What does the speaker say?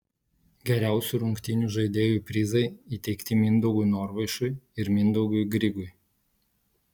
geriausių rungtynių žaidėjų prizai įteikti mindaugui norvaišui ir mindaugui grigui